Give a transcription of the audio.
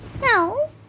No